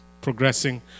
progressing